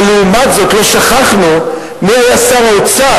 אבל לעומת זאת לא שכחנו מי היה שר האוצר